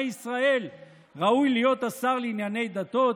ישראל ראוי להיות השר לענייני דתות?